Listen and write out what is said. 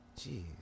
Jeez